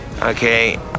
Okay